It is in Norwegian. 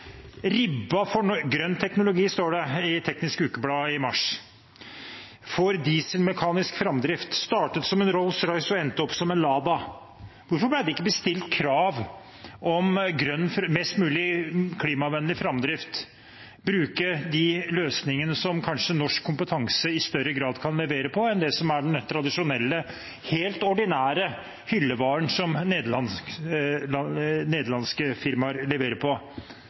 for grønn teknologi», og «får dieselmekanisk framdrift. Startet som en Rolls Royce og endte opp som Lada», står det i Teknisk Ukeblad i mars. Hvorfor ble det ikke stilt krav om mest mulig klimavennlig framdrift og å bruke de løsningene som kanskje norsk kompetanse kan levere på i større grad enn det som er den tradisjonelle helt ordinære hyllevaren, som nederlandske firmaer leverer på.